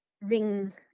ring